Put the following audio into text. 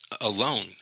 alone